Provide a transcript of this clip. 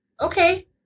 okay